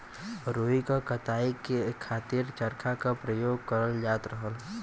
रुई क कताई के खातिर चरखा क परयोग करल जात रहल